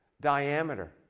diameter